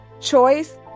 choice